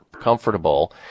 comfortable